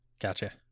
Gotcha